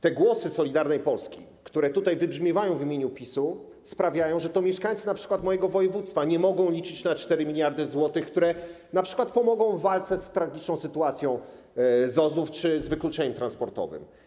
Te głosy Solidarnej Polski, które tutaj wybrzmiewają w imieniu PiS-u, sprawiają, że mieszkańcy np. mojego województwa nie mogą liczyć na 4 mld zł, które np. pomogą w walce z tragiczną sytuacją ZOZ-ów czy z wykluczeniem transportowym.